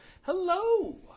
Hello